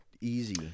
easy